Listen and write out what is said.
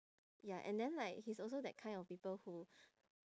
ya and then like he's also that kind of people who